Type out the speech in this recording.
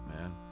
man